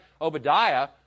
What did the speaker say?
Obadiah